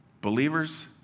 Believers